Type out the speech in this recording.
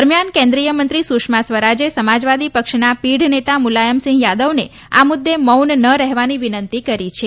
દરમિયાન કેન્દ્રિય મંત્રી સુષ્મા સ્વરાજે સમાજવાદી પક્ષના પીઢ નેતા મુલાયમસિંહ યાદવને આ મુદ્દે મૌન ન રહેવાની વિનંતી કરી છે